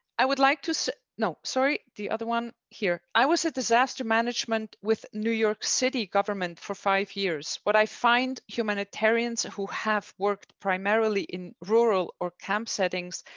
i would like to know sorry, the other one here, i was a disaster management with new york city government for five years. what i find humanitarian charter so who have worked primarily in rural or camp settings,